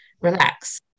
relax